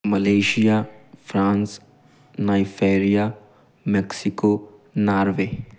Malaysia France Nigeria Mexico Norway